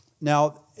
Now